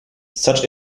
such